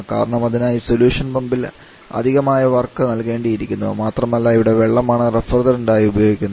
കാരണം അതിനായി സൊലൂഷൻ പമ്പിൽ അധികം ആയ വർക്ക് നൽകേണ്ടിയിരിക്കുന്നു മാത്രമല്ല ഇവിടെ വെള്ളമാണ് റെഫ്രിജറന്റ് ആയി ഉപയോഗിക്കുന്നത്